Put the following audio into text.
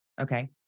Okay